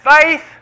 Faith